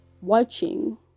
watching